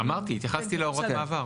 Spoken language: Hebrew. אמרתי, התייחסתי להוראות המעבר.